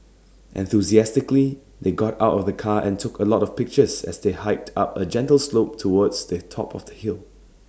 enthusiastically they got out of the car and took A lot of pictures as they hiked up A gentle slope towards the top of the hill